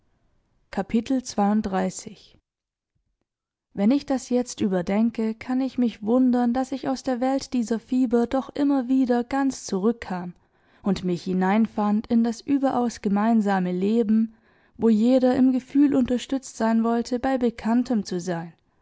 ließe mich das jetzt überdenke kann ich mich wundern daß ich aus der welt dieser fieber doch immer wieder ganz zurückkam und mich hineinfand in das überaus gemeinsame leben wo jeder im gefühl unterstützt sein wollte bei bekanntem zu sein